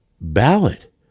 ballot